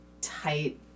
tight